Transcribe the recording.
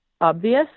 obvious